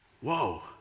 whoa